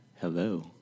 hello